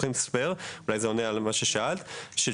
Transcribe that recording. לוקחים ספייר אולי זה עונה על מה ששאלת של